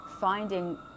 finding